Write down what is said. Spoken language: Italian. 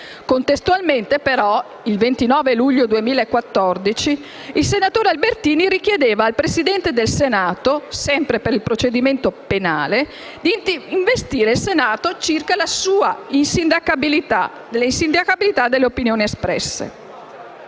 Contestualmente, però, il 29 luglio 2014, il senatore Albertini richiedeva al Presidente del Senato, sempre per il suddetto procedimento penale, di investire il Senato circa la sua insindacabilità delle opinioni espresse.